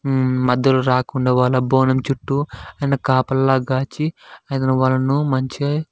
మధ్యలో రాకుండా వాళ్ళ బోనం చుట్టూ ఆయన కాపలా కాచి హైదరాబాదును మంచిగా